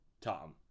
Tom